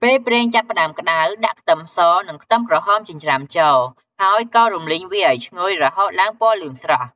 ពេលប្រេងចាប់ផ្ដើមក្ដៅ ដាក់ខ្ទឹមស និងខ្ទឹមក្រហមចិញ្ច្រាំចូល ហើយកូររំលីងវាឱ្យឈ្ងុយ រហូតឡើងពណ៌លឿងស្រស់។